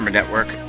network